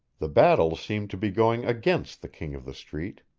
the battle seemed to be going against the king of the street.